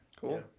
cool